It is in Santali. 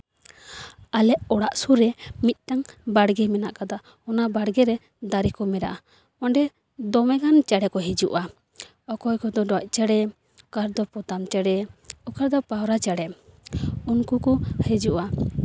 ᱟᱞᱮ ᱚᱲᱟᱜ ᱥᱩᱨ ᱨᱮ ᱢᱤᱫᱴᱟᱱ ᱵᱟᱲᱜᱮ ᱢᱮᱱᱟᱜ ᱠᱟᱫᱟ ᱚᱱᱟ ᱵᱟᱲᱜᱮᱨᱮ ᱫᱟᱨᱮ ᱠᱚ ᱢᱮᱱᱟᱜᱼᱟ ᱚᱸᱰᱮ ᱫᱚᱢᱮᱜᱟᱱ ᱪᱮᱬᱮ ᱠᱚ ᱦᱤᱡᱩᱜᱼᱟ ᱚᱠᱚᱭ ᱠᱚᱫᱚ ᱫᱟᱜ ᱪᱮᱬᱮ ᱚᱠᱟ ᱨᱮᱫᱚ ᱯᱚᱛᱟᱢ ᱪᱮᱬᱮ ᱚᱠᱟ ᱨᱮᱫᱚ ᱯᱟᱣᱨᱟ ᱪᱮᱬᱮ ᱩᱱᱠᱩ ᱠᱚ ᱦᱤᱡᱩᱜᱼᱟ